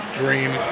dream